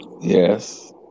Yes